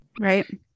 Right